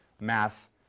mass